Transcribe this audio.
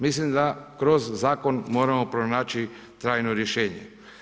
Mislim da kroz Zakon moramo pronaći trajno rješenje.